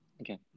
okay